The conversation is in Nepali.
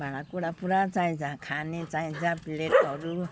भाँडा कुँडा पुरा चाहिन्छ खाने चाहिन्छ प्लेटहरू